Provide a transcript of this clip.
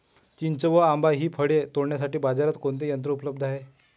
चिंच व आंबा हि फळे तोडण्यासाठी बाजारात कोणते यंत्र उपलब्ध आहे?